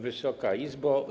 Wysoka Izbo!